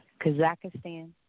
Kazakhstan